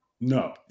No